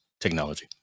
technology